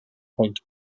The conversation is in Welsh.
pwynt